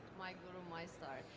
my guru, my star.